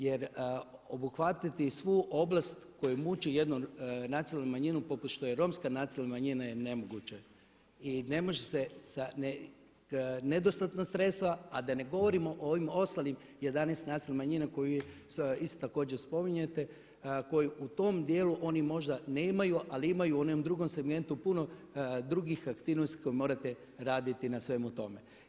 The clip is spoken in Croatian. Jer obuhvatiti svu oblast koju moči jednu nacionalnu manjinu poput Romske nacionalne manjine je nemoguće jer su nedostatna sredstva, a da ne govorimo o ovim ostalim 11 nacionalnih manjina koje isto tako spominjete koji u tom dijelu oni možda nemaju ali imaju u onom drugom segmentu puno drugih aktivnosti koje morate raditi na svemu tome.